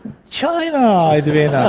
china! edwina,